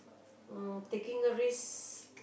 um taking a risk